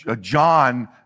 John